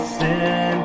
sin